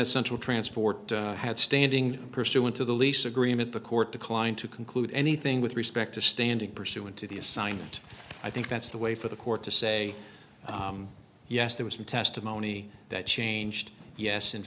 the central transport had standing pursuant to the lease agreement the court declined to conclude anything with respect to standing pursuant to the assignment i think that's the way for the court to say yes there was some testimony that changed yes in